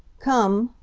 come.